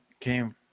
came